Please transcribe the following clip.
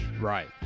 Right